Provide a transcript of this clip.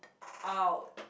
out